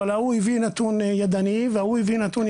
אבל ההוא הביא נתון ידני וההוא הביא נתון ידני.